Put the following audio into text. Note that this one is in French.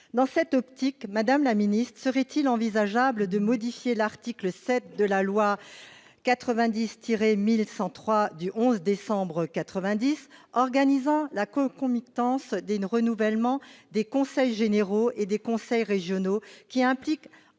Dans cette optique, madame la ministre, serait-il envisageable de modifier l'article 7 de la loi 90-1103 du 11 décembre 1990 organisant la concomitance des renouvellements des conseils généraux et des conseils régionaux, qui implique,